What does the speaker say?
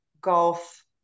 golf